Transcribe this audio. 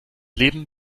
leben